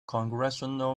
congressional